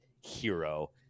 hero